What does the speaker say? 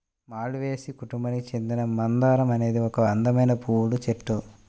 మాల్వేసి కుటుంబానికి చెందిన మందారం అనేది ఒక అందమైన పువ్వుల చెట్టు